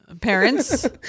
Parents